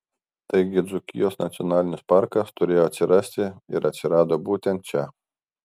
taigi dzūkijos nacionalinis parkas turėjo atsirasti ir atsirado būtent čia